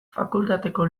fakultateko